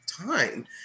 time